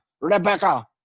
Rebecca